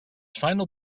final